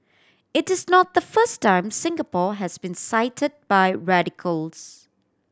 it is not the first time Singapore has been cite by radicals